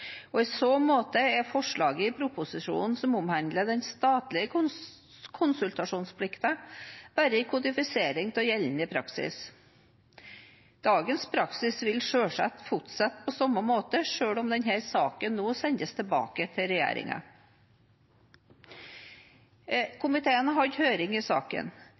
resolusjon. I så måte er forslaget i proposisjonen som omhandler den statlige konsultasjonsplikten, bare en kodifisering av gjeldende praksis. Dagens praksis vil selvsagt fortsette på samme måte, selv om denne saken nå sendes tilbake til regjeringen. Komiteen har hatt høring i saken,